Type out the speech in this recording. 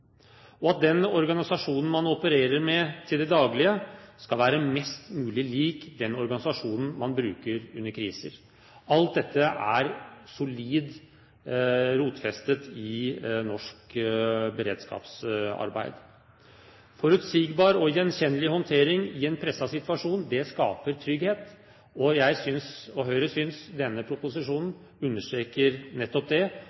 Den organisasjonen man opererer med i det daglige, skal være mest mulig lik den organisasjonen man bruker under kriser. Alt dette er solid rotfestet i norsk beredskapsarbeid. Forutsigbar og gjenkjennelig håndtering i en presset situasjon skaper trygghet. Jeg – og Høyre – synes denne proposisjonen understreker nettopp det,